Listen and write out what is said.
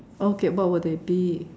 okay what would it be